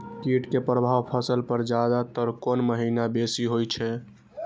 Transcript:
कीट के प्रभाव फसल पर ज्यादा तर कोन महीना बेसी होई छै?